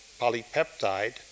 polypeptide